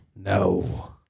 no